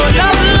love